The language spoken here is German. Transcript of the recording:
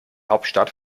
hauptstadt